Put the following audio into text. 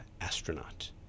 astronaut